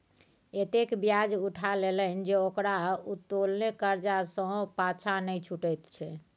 एतेक ब्याज उठा लेलनि जे ओकरा उत्तोलने करजा सँ पाँछा नहि छुटैत छै